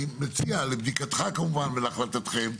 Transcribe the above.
אני מציע לבדיקתך כמובן, ולהחלטתכם,